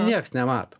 nieks nemato